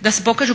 da se pokažu